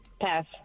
Pass